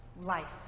life